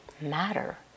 matter